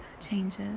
changes